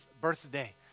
birthday